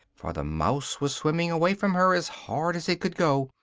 for the mouse was swimming away from her as hard as it could go,